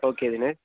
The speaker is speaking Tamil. ஓகே தினேஷ்